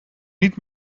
niet